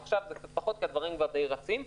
ועכשיו זה קצת פחות, כי הדברים כבר די רצים.